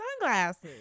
sunglasses